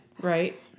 Right